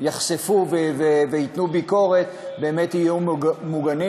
שיחשפו וייתנו ביקורת באמת יהיו מוגנים.